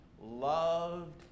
loved